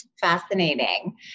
Fascinating